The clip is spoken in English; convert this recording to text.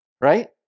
right